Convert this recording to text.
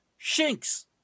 Shinks